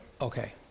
Okay